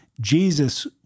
Jesus